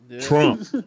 Trump